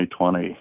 2020